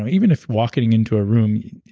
ah even if walking into a room,